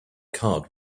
card